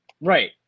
right